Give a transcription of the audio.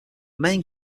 main